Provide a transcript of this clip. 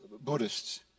Buddhists